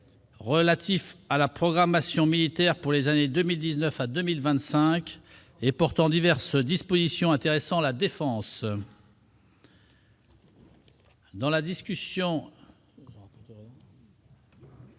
relatif à la programmation militaire pour les années 2019 à 2025 et portant diverses dispositions intéressant la défense.